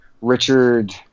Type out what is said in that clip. Richard